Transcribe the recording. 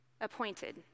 Appointed